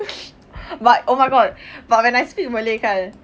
but oh my god but when I speak malay kan